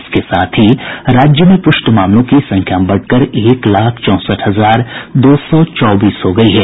इसके साथ ही राज्य में पुष्ट मामलों की संख्या बढ़कर एक लाख चौंसठ हजार दो सौ चौबीस हो गयी है